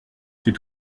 c’est